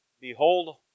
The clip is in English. Behold